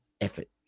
effort